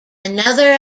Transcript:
another